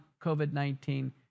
COVID-19